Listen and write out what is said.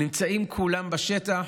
נמצאים כולם בשטח.